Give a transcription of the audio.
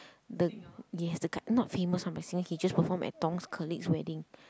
the yes the guy not famous one but singer he just perform at Tong's colleague's wedding